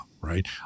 right